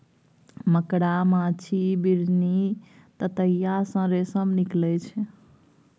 मकड़ा, माछी, बिढ़नी, ततैया सँ रेशम निकलइ छै